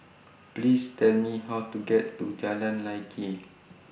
Please Tell Me How to get to Jalan Lye Kwee